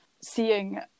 seeing